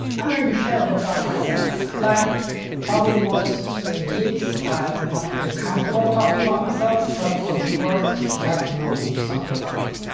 i'm going to share a bit about myself. like probably most geeks, i'm not really comfortable talking about myself, but for this work you have to know something about me.